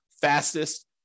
fastest